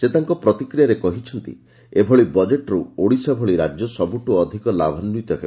ସେ ତାଙ୍କ ପ୍ରତିକ୍ରିୟାରେ କହିଛନ୍ତି ଏ ଭଳି ବଜେଟର୍ ଓଡ଼ିଶା ଭଳି ରାଜ୍ୟ ସବ୍ଠ ୁ ଅଧିକ ଲାଭାନ୍ୱିତ ହେବ